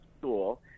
school